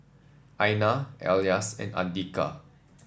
Aina Elyas and Andika